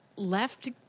left